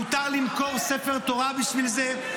מותר למכור ספר תורה בשביל זה,